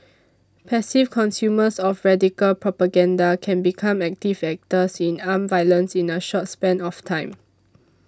passive consumers of radical propaganda can become active actors in armed violence in a short span of time